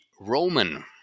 Roman